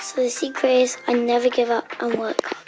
the secret is i never give up and work